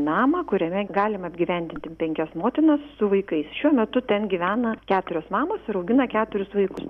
namą kuriame galim apgyvendinti penkias motinas su vaikais šiuo metu ten gyvena keturios mamos ir augina keturis vaikus